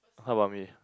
how about me